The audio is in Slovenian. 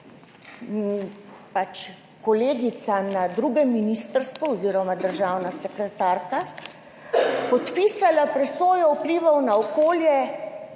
pač kolegica na drugem ministrstvu oziroma državna sekretarka, podpisala presojo vplivov na okolje,